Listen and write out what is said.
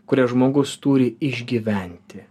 kurią žmogus turi išgyventi